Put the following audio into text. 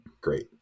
great